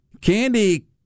Candy